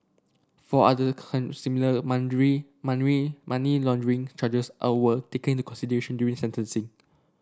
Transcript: four other similar money laundering charges are were taken into consideration during sentencing